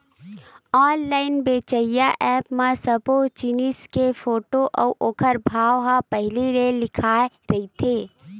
online बेचइया app म सब्बो जिनिस के फोटू अउ ओखर भाव ह पहिली ले लिखाए रहिथे